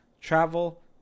travel